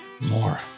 more